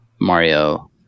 Mario